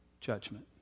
judgment